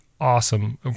awesome